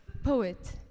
poet